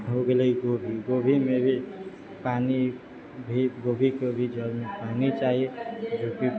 हो गेलै गोभी गोभी मे भी पानि भी गोभी के भी जड़ मे पानि चाही जोकी